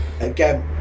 again